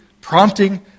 prompting